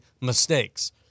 mistakes